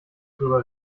drüber